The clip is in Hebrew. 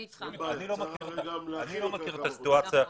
הרי צריך גם להכין את הקליטה שלהם.